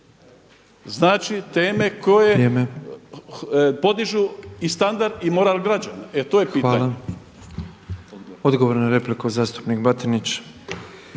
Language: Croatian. Znači teme koje podižu i standard i moral građana. E to je pitanje. **Petrov, Božo (MOST)** Hvala. Odgovor na repliku zastupnik Batinić.